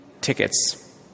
tickets